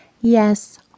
Yes